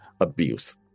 abuse